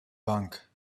bank